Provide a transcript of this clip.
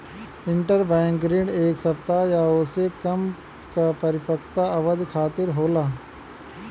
interbank ऋण एक सप्ताह या ओसे कम क परिपक्वता अवधि खातिर होला